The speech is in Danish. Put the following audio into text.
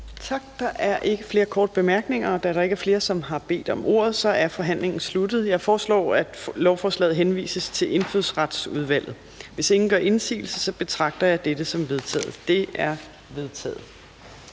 Tak. Der er ikke flere korte bemærkninger. Da der ikke er flere, som har bedt om ordet, er forhandlingen sluttet. Jeg foreslår, at forslaget til folketingsbeslutning henvises til Miljø- og Fødevareudvalget. Hvis ingen gør indsigelse, betragter jeg dette som vedtaget. Det er vedtaget.